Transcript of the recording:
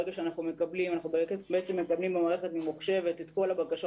אנחנו מקבלים במערכת הממוחשבת את כל הבקשות